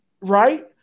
right